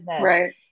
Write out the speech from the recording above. Right